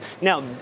Now